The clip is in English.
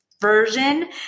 version